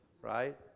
right